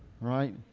right